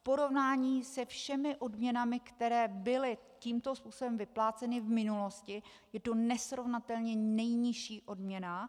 V porovnání se všemi odměnami, které byly tímto způsobem vypláceny v minulosti, je to nesrovnatelně nejnižší odměna.